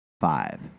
five